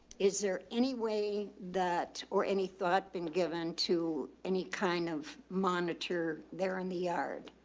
is there any way that or any thought been given to any kind of monitor there in the yard?